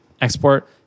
export